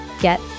get